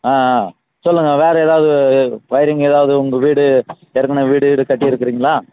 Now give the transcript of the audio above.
ஆ ஆ சொல்லுங்க வேறு எதாவது ஒயரிங் எதாவது உங்கள் வீடு ஏற்கனவே வீடு கீடு கட்டி இருக்கிறீங்களா